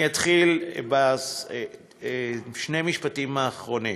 אני אתחיל בשני המשפטים האחרונים.